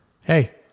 Hey